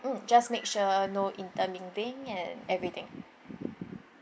mm just make sure no intermingling and everything